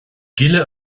gile